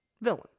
villain